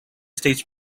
states